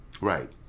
Right